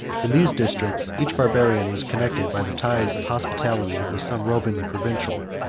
in these districts, each barbarian was connected by the ties of hospitality with some roman provincial.